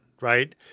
right